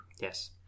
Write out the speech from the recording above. Yes